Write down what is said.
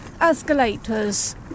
escalators